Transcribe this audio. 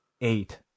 eight